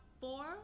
four